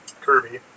Kirby